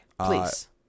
Please